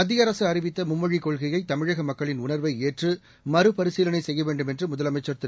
மத்திய அரசு அறிவித்த மும்மொழிக் கொள்கையை தமிழக மக்களின் உணா்வை ஏற்று மறுபரிசீலனை செய்ய வேண்டும் என்று முதலமைச்சர் திரு